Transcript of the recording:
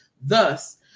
Thus